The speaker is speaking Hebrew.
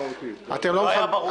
זה לא היה ברור.